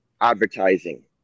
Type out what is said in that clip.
advertising